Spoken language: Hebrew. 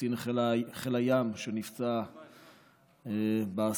לקצין חיל הים שנפצע באסון,